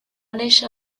nàixer